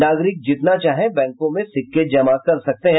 नागरिक जितना चाहे बैंकों में सिक्के जमा कर सकते हैं